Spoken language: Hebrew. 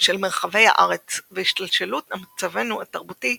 של מרחבי הארץ והשתלשלות מצבנו התרבותי,